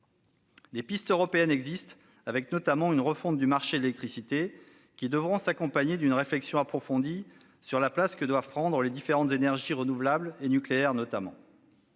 Des pistes européennes existent, avec notamment une refonte du marché de l'électricité. Elles devront s'accompagner d'une réflexion approfondie sur la place que doivent prendre les différentes énergies, notamment les renouvelables et